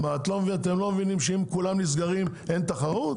אתם לא מבינים שאם כולם נסגרים, אין תחרות?